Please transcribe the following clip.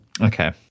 Okay